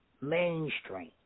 Mainstream